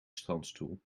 strandstoel